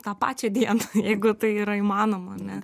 tą pačią dieną jeigu tai yra įmanoma ane